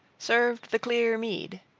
served the clear mead.